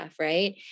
right